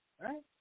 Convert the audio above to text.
right